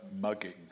mugging